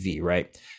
right